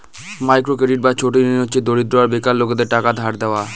micro credit বা ছোট ঋণ হচ্ছে দরিদ্র আর বেকার লোকেদের টাকা ধার দেওয়া